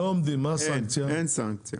אין סנקציה.